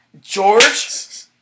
George